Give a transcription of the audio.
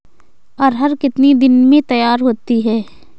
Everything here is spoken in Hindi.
अरहर कितनी दिन में तैयार होती है?